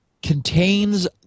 contains